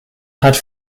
hat